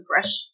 brush